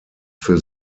für